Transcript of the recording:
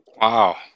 Wow